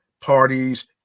parties